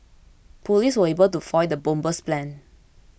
police were able to foil the bomber's plans